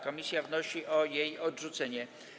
Komisja wnosi o jej odrzucenie.